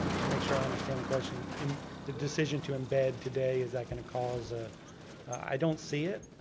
to make sure i understand the question, the decision to embed today, is that gonna cause, ah i don't see it.